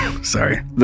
Sorry